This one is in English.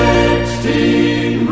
Sixteen